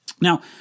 Now